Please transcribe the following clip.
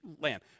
land